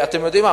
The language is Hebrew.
אתם יודעים מה,